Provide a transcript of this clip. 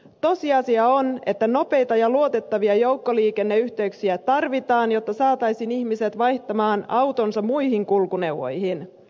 tosiasia on että nopeita ja luotettavia joukkoliikenneyhteyksiä tarvitaan jotta saataisiin ihmiset vaihtamaan autonsa muihin kulkuneuvoihin